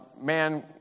Man